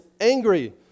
angry